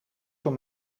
voor